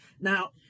Now